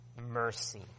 mercy